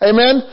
Amen